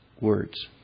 words